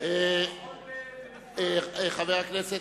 חבר הכנסת,